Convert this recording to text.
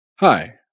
Hi